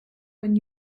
when